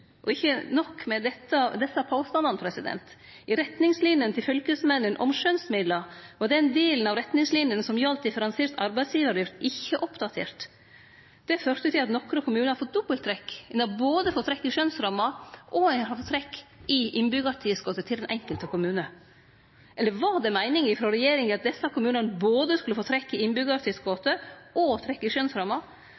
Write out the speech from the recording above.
Og ikkje nok med desse påstandane: I retningslinene til fylkesmennene om skjønnsmidlar var den delen av retningslinene som gjaldt differensiert arbeidsgivaravgift, ikkje oppdatert. Det førte til at nokre kommunar har fått dobbelttrekk. Ein har både fått trekk i skjønnsramma, og ein har fått trekk i innbyggjartilskotet til den enkelte kommune. Eller var det meininga til regjeringa at desse kommunane både skulle